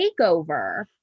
takeover